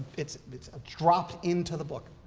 it's it's a drop into the book.